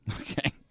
Okay